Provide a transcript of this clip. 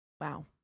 Wow